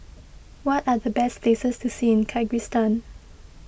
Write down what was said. what are the best places to see in Kyrgyzstan